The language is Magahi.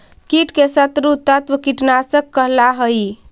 कीट के शत्रु तत्व कीटनाशक कहला हई